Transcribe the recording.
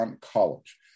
College